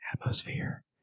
atmosphere